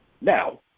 Now